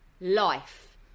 life